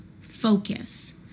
focus